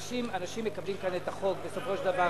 אנשים מקבלים כאן את החוק בסופו של דבר